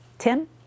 Tim